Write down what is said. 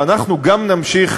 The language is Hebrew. ואנחנו גם נמשיך,